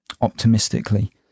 optimistically